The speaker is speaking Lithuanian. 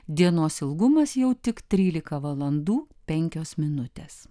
dienos ilgumas jau tik trylika valandų penkios minutės